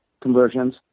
conversions